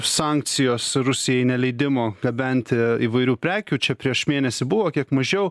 sankcijos rusijai neleidimo gabenti įvairių prekių čia prieš mėnesį buvo kiek mažiau